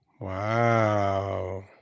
Wow